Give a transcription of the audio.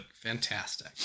fantastic